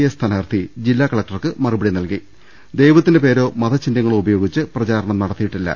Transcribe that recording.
A സ്ഥാനാർഥി ജില്ലാ കലക്ടർക്ക് മറുപടി നൽകി ദൈവത്തിന്റെ പേരോ മതചിഹ്നമോ ഉപയോഗിച്ച് പ്രചാരണം നടത്തിയിട്ടില്ല